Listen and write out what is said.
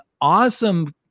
awesome